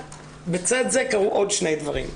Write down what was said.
בצד זה קרו עוד שני דברים.